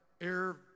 air